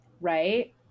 right